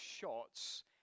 shots